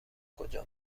کجا